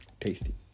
Tasty